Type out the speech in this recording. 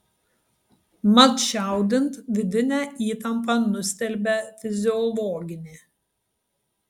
mat čiaudint vidinę įtampą nustelbia fiziologinė